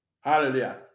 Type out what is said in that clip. hallelujah